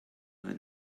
her